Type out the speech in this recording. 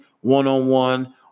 one-on-one